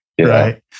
Right